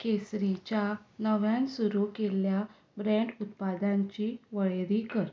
केसरीच्या नव्यान सुरू केल्ल्या ब्रँड उत्पादांची वळेरी कर